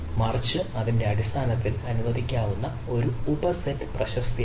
മറിച്ച് അതിന്റെ അടിസ്ഥാനത്തിൽ അനുവദിക്കാവുന്ന ഒരു ഉപസെറ്റ് പ്രശസ്തിയാണ്